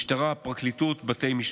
משטרה, פרקליטות, בתי משפט,